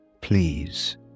Please